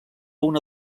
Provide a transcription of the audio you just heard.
una